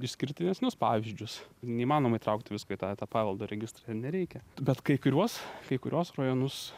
išskirtinesnius pavyzdžius neįmanoma įtraukt visko į tą tą paveldo registrą ir nereikia bet kai kuriuos kai kuriuos rajonus